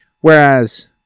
Whereas